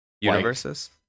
universes